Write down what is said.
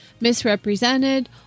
misrepresented